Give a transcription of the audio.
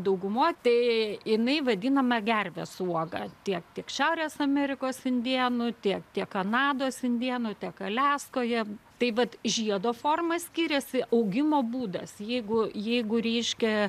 daugumoj tai jinai vadinama gervės uoga tiek tiek šiaurės amerikos indėnų tiek tiek kanados indėnų tiek aliaskoje taip vat žiedo forma skiriasi augimo būdas jeigu jeigu reiškia